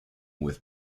with